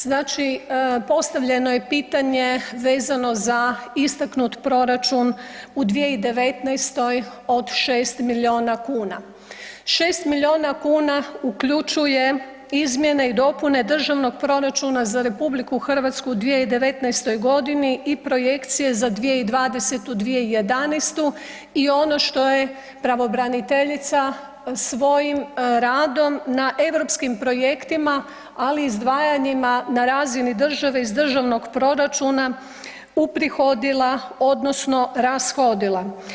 Znači postavljeno je pitanje vezano za istaknut proračun u 2019. od 6 milijuna kuna, 6. milijuna kuna uključuje izmjene i dopune Državnog proračuna za RH u 2019.g. i projekcije za 2020. i 2011. i ono što je pravobraniteljica svojim radom na europskim projektima, ali izdvajanjima na razini države iz državnog proračuna uprihodila odnosno rashodila.